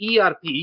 ERP